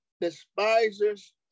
despisers